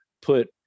put